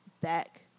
back